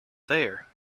there